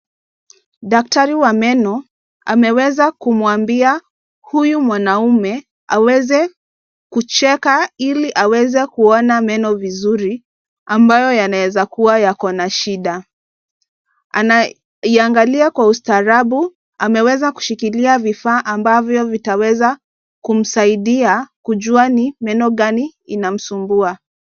Daktari wa meno ameweza kumwambia huyu mwanaume aweze kucheka ili aweze kuona meno vizuri, ambayo yanaweza kuwa yako na shida. Anaiangalia kwa ustaarabu, ameweza kushikilia vifaa ambavyo vitaweza kumsaidia kujua ni meno gani inamsumbua.